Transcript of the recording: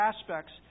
aspects